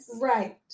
Right